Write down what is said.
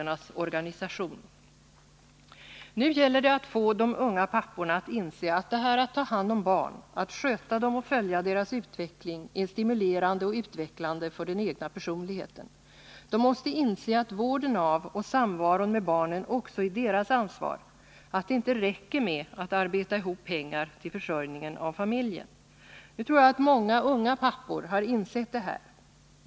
Nu gäller det att få de unga papporna att inse att detta att ta hand om barn, att sköta dem och följa deras utveckling är stimulerande och utvecklande för den egna personligheten. De måste inse att vården av och samvaron med barnen också är deras ansvar, att det inte räcker med att arbeta ihop pengar till försörjningen av familjen. Nu tror jag att många unga pappor har insett detta.